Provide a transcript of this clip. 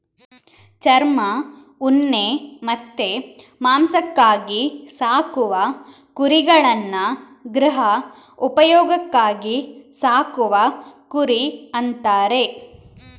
ಚರ್ಮ, ಉಣ್ಣೆ ಮತ್ತೆ ಮಾಂಸಕ್ಕಾಗಿ ಸಾಕುವ ಕುರಿಗಳನ್ನ ಗೃಹ ಉಪಯೋಗಕ್ಕಾಗಿ ಸಾಕುವ ಕುರಿ ಅಂತಾರೆ